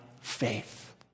faith